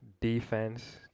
defense